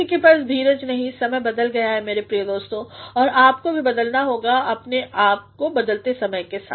किसी के पास धीरज नहीं समय बदल गया है मेरे प्रिय दोस्तों और आपको भी बदलना होगा अपने आप को बदलते समय के साथ